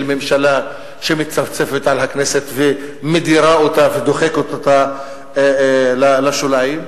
של ממשלה שמצפצפת על הכנסת ומדירה אותה ודוחקת אותה לשוליים.